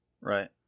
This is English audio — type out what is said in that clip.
right